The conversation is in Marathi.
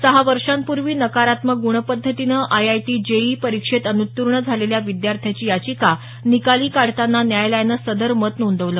सहा वर्षांपूर्वी नकारात्मक गुणपद्धतीनं I I T J E E परीक्षेत अन्त्तीर्ण झालेल्या विद्यार्थ्याची याचिका निकाली काढताना न्यायालयानं सदर मत नोंदवलं